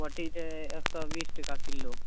पोठी छै एक सए बीस टका किलो